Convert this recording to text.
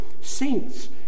saints